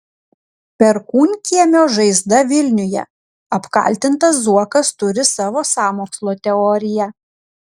perkūnkiemio žaizda vilniuje apkaltintas zuokas turi savo sąmokslo teoriją